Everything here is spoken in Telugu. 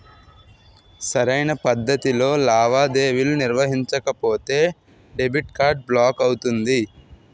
సరైన పద్ధతిలో లావాదేవీలు నిర్వహించకపోతే డెబిట్ కార్డ్ బ్లాక్ అవుతుంది